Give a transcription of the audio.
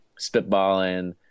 spitballing